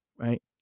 right